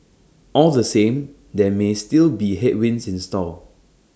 all the same there may still be headwinds in store